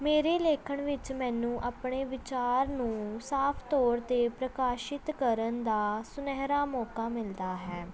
ਮੇਰੇ ਲੇਖਣ ਵਿੱਚ ਮੈਨੂੰ ਆਪਣੇ ਵਿਚਾਰ ਨੂੰ ਸਾਫ ਤੌਰ 'ਤੇ ਪ੍ਰਕਾਸ਼ਿਤ ਕਰਨ ਦਾ ਸੁਨਹਿਰਾ ਮੌਕਾ ਮਿਲਦਾ ਹੈ